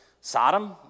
Sodom